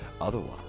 Otherwise